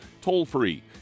toll-free